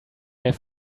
have